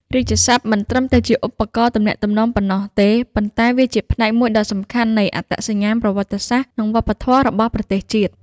រាជសព្ទមិនត្រឹមតែជាឧបករណ៍ទំនាក់ទំនងប៉ុណ្ណោះទេ ប៉ុន្តែវាជាផ្នែកមួយដ៏សំខាន់នៃអត្តសញ្ញាណប្រវត្តិសាស្ត្រ និងវប្បធម៌របស់ប្រទេសជាតិ។